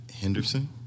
Henderson